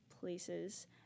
places